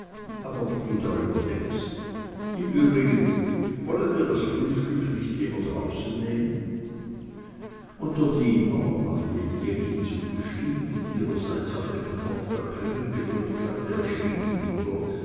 aber wie du darüber denkst im übrigen wollen wir das frühstück nicht lieber draußen nehmen und der diener nachdem jenny zugestimmt und ihrerseits auf den knopf der klingel gedrückt hatte erschien wieder